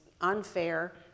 unfair